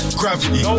gravity